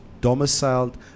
domiciled